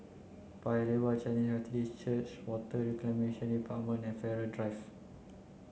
Paya Lebar Chinese Methodist Church Water Reclamation Department and Farrer Drive